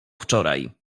wczoraj